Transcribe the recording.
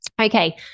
Okay